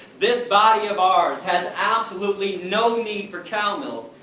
this body of ours has absolutely no need for cow milk,